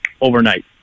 overnight